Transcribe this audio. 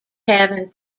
having